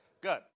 Good